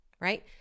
right